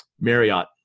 Marriott